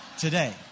today